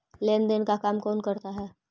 लेन देन का काम कौन करता है?